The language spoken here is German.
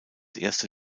erste